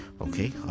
okay